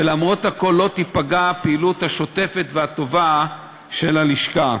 ולמרות הכול לא תיפגע הפעילות השוטפת והטובה של הלשכה.